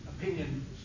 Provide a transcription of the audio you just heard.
opinion